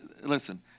Listen